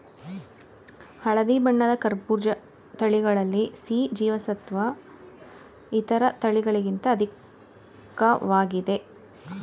ಹಳದಿ ಬಣ್ಣದ ಕರ್ಬೂಜ ತಳಿಗಳಲ್ಲಿ ಸಿ ಜೀವಸತ್ವ ಇತರ ತಳಿಗಳಿಗಿಂತ ಅಧಿಕ್ವಾಗಿದೆ